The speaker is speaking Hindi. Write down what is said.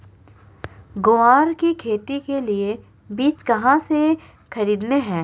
ग्वार की खेती के लिए बीज कहाँ से खरीदने हैं?